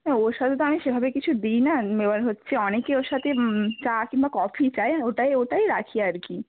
হ্যাঁ ওর সাথে তো আমি সেভাবে কিছু দিই না এবার হচ্ছে অনেকে ওর সাথে চা কিংবা কফি চায় ওটাই ওটাই রাখি আর কি